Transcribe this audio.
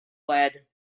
lead